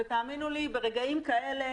תאמינו לי שברגעים כאלה,